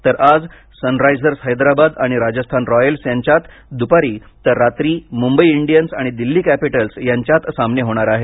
तर आज सनरायझर्स हैद्राबाद आणि राजस्थान रॉयल्स यांच्यात दुपारी तर रात्री मुंबई इंडियन्स आणि दिल्ली कॅपिटल्स यांच्यात सामने होणार आहेत